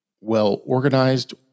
well-organized